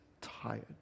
tired